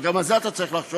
וגם על זה אתה צריך לחשוב,